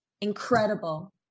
incredible